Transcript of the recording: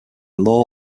law